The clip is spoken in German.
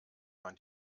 man